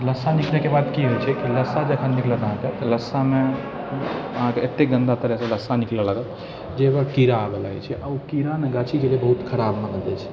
लस्सा निकलैके बाद की होइत छै तऽ लस्सा जखन निकलत अहाँकेँ तऽ लस्सामे अहाँकेँ एते गन्दा तरहसँ लस्सा निकलऽ लागत जे ओकरा पर कीड़ा आबऽ लागैत छै आओर ओ कीड़ा ने गाछीके लिए बहुत खराब मानल जाइत छै